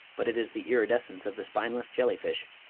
but it is the iridescence of the spineless jellyfish.